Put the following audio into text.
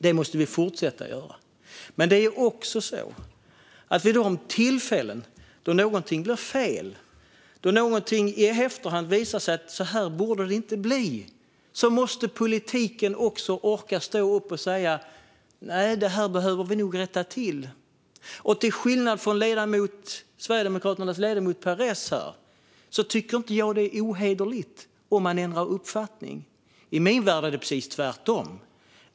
Det måste vi fortsätta göra, men vid de tillfällen då någonting går fel och det i efterhand visar sig att det inte borde vara som det är måste politiken orka stå upp och säga: Nej, det här behöver vi nog rätta till. Till skillnad från Sverigedemokraternas ledamot Perez tycker jag inte att det är ohederligt om man ändrar uppfattning. I min värld är det precis tvärtom.